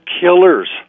killers